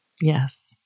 Yes